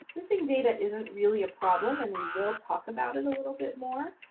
missing data isn't really a problem and we will talk about it a little bit more.